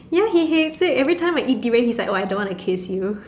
ya he he said everytime I eat durian he's like oh I don't want to kiss you